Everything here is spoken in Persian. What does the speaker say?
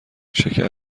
شکر